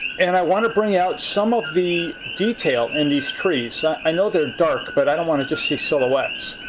and i want to bring out some of the detail in these trees. i know they're dark, but i don't want to just see silhouettes.